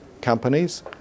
companies